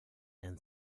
and